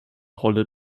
rolle